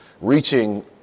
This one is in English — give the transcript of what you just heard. reaching